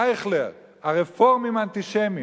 אייכלר: הרפורמים אנטישמים.